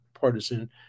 partisan